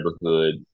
neighborhood